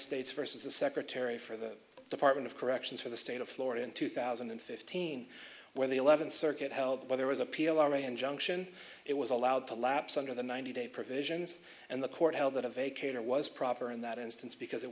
states versus the secretary for the department of corrections for the state of florida in two thousand and fifteen when the eleventh circuit held where there was appeal are a injunction it was allowed to lapse under the ninety day provisions and the court held that of a cane or was proper in that instance because it